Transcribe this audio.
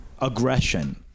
aggression